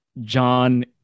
John